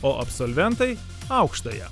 o absolventai aukštąją